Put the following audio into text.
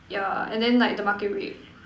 yeah and then like the market rate